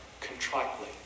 contritely